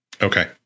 Okay